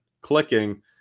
clicking